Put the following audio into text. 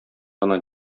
гына